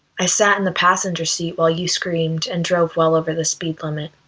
i sat in the passenger seat while you screamed and drove well over the speed limit.